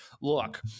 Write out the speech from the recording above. Look